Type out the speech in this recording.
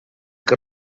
que